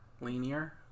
Linear